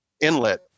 inlet